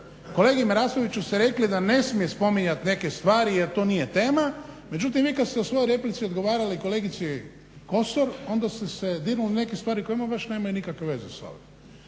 Kolegi Marasoviću ste rekli da ne smije spominjati neke stvari, jer to nije tema, međutim vi kad ste u svojoj replici odgovarali kolegici Kosor onda ste se dirnuli nekih stvari koji ama baš nemaju nikakve veze s ovim.